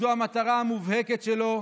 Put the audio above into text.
זו המטרה המובהקת שלו.